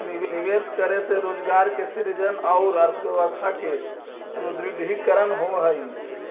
निवेश करे से रोजगार के सृजन औउर अर्थव्यवस्था के सुदृढ़ीकरण होवऽ हई